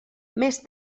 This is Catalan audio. més